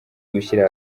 gushyira